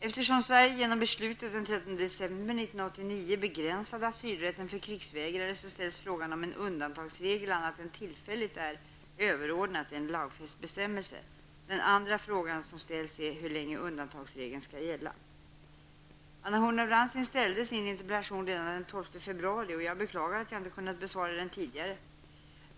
1989 begränsade asylrätten för krigsvägrare ställs frågan om en undantagsregel annat än tillfälligt är överordnad en lagfäst bestämmelse. Den andra frågan som ställs är hur länge undantagsregeln skall gälla. Anna Horn av Rantzien ställde sin interpellation redan den 12 februari, och jag beklagar att jag inte kunnat besvara den tidigare.